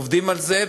עובדים על זה,